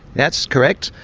that's correct.